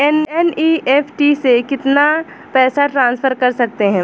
NEFT से कितना पैसा ट्रांसफर कर सकते हैं?